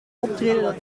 optreden